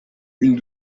une